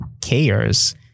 cares